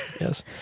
Yes